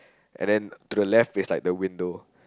and then to the left is like the window